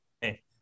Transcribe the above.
Hey